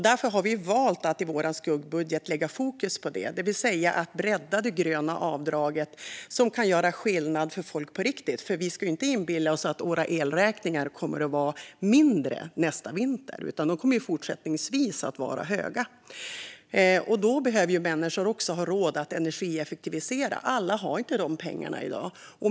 Därför har vi valt att lägga fokus i vår skuggbudget på att bredda det gröna avdraget, som verkligen kan göra skillnad för folk. Man ska ju inte inbilla sig att elräkningarna blir mindre nästa vinter, utan de kommer att fortsätta vara höga. Människor behöver också ha råd att energieffektivisera, men alla har inte de pengarna i dag.